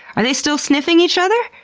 are they still sniffing each other?